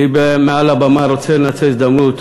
אני רוצה לנצל את ההזדמנות